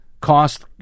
cost